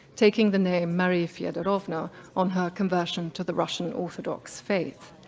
taking the name marie feodorovna on her conversion to the russian orthodox faith.